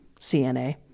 CNA